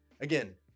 again